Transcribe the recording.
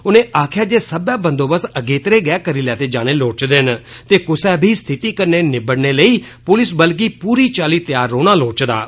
उनें आखेआ जे सब्बै बंदोबस्त अगेत्रे गै करी लैते जाने लोड़चदे न ते कुसा बी रिथति कन्नै निब्बड़ने लेई पुलस बल गी पूरी चाल्ली तैयार रौह्ना लोड़चदा ऐ